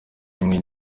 imwe